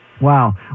wow